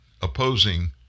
opposing